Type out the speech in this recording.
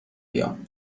بیام